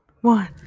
one